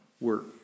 work